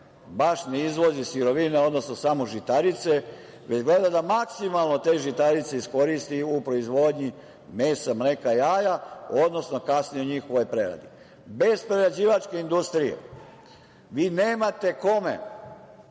baš ne izvozi sirovine, odnosno samo žitarice, već gleda da maksimalno te žitarice iskoristi u proizvodnji mesa, mleka, jaja, odnosno kasnije njihovoj preradi. Bez prerađivačke industrije vi nemate kome